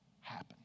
happen